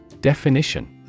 Definition